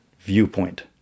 viewpoint